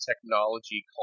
technology